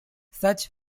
such